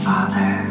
Father